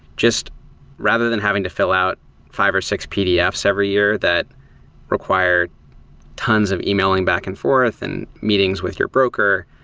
just rather than having to fill out five or six pdfs every year that required tons of emailing back and forth and meetings with your broker,